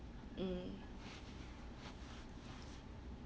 mm